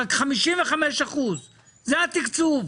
רק 55%. זה התקצוב.